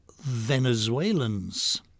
Venezuelans